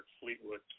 Fleetwood